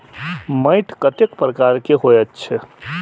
मैंट कतेक प्रकार के होयत छै?